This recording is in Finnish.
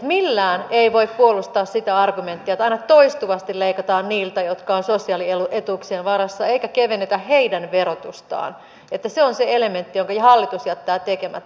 millään ei voi puolustaa sitä argumenttia että aina toistuvasti leikataan niiltä jotka ovat sosiaalietuuksien varassa eikä kevennetä heidän verotustaan että se on se elementti jonka hallitus jättää tekemättä